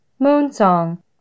Moonsong